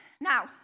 Now